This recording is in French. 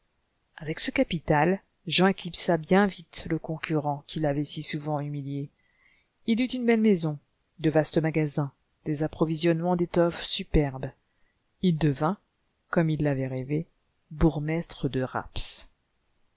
avec ce capital jean éclipsa bien vite le concurrent qui l'avait si souvent humilié il eut une belle maison de vastes magasins des approvisionnements d'étoffes superbes il devint comme il l'avait rêvé bourgmestre de rapps